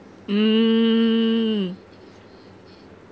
mm